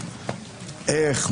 איך,